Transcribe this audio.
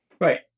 Right